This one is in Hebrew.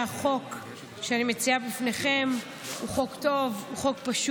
(הוראות לעניין היטל השבחה, דחיית תשלום אגב פירוד